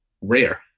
rare